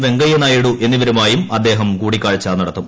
വെങ്കയ്യ്ക്ക്ട്ട്ടയിഡു എന്നിവരുമായും അദ്ദേഹം കൂടിക്കാഴ്ച നടത്തും